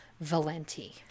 valenti